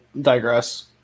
digress